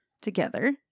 together